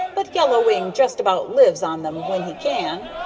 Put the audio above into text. but yellow wing just about lives on them when he can.